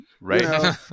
right